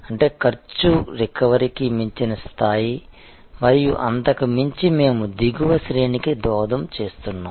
అంటే ఖర్చు రికవరీకి మించిన స్థాయి మరియు అంతకు మించి మేము దిగువ శ్రేణికి దోహదం చేస్తున్నాము